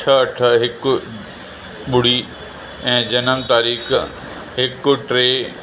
छह अठ हिक ॿुड़ी ऐं जनम तारीख़ हिकु टे